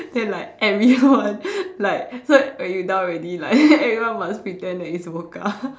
then like everyone like so when you down already like everyone must pretend that it's vodka